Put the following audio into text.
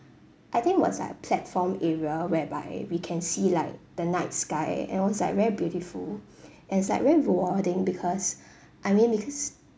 I think it was like a platform area whereby we can see like the night sky and it was like very beautiful and it's like very rewarding because I mean because